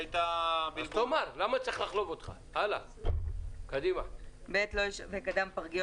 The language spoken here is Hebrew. שהיתה --- אני ממשיכה בקריאה: (ב)לא ישווק אדם פרגיות